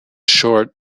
short